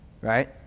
Right